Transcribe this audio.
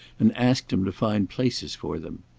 and asked him to find places for them.